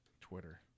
Twitter